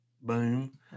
boom